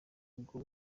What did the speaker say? ubwo